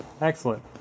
Excellent